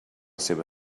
seva